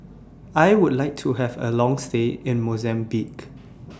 I Would like to Have A Long stay in Mozambique